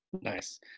Nice